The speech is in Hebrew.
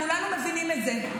כולנו מבינים את זה.